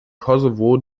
kosovo